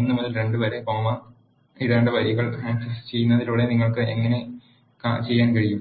1 മുതൽ 2 കോമ വരെ ഇടേണ്ട വരികൾ ആക്സസ് ചെയ്യുന്നതിലൂടെ നിങ്ങൾക്ക് അങ്ങനെ ചെയ്യാൻ കഴിയും